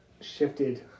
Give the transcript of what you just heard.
shifted